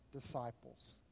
disciples